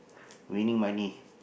winning money